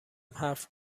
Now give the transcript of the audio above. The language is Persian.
حرف